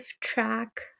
track